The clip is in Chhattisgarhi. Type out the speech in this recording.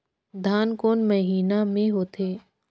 धान कोन महीना मे होथे?